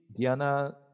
Diana